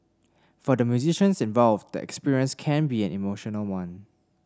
for the musicians involved the experience can be an emotional one